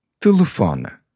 Telefone